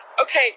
Okay